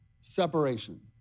separation